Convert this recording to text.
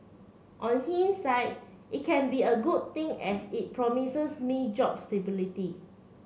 on hindsight it can be a good thing as it promises me job stability